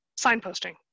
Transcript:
signposting